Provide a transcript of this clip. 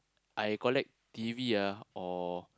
I collect T_V ah or